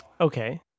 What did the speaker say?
Okay